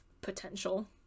potential